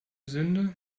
sünde